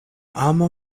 amo